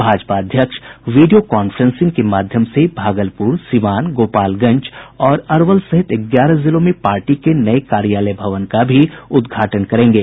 भाजपा अध्यक्ष video conferencing के माध्यम से भागलपुर सिवान गोपालगंज और अरवल सहित ग्यारह जिलों में पार्टी के नये कार्यालय भवन का भी उद्घाटन करेंगे